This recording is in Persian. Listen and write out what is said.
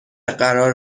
قرار